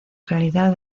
realidad